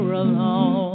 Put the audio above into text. alone